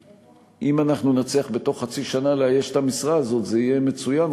אם אנחנו נצליח בתוך חצי שנה לאייש את המשרה הזאת זה יהיה מצוין,